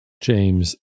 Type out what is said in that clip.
James